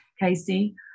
Casey